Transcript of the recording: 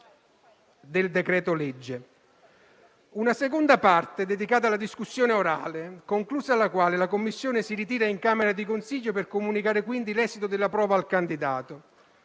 del decreto-legge. Una seconda parte è dedicata alla discussione orale, conclusa la quale la commissione si ritira in Camera di consiglio per comunicare l'esito della prova al candidato.